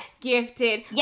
gifted